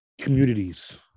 communities